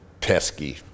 pesky